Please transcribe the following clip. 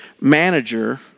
manager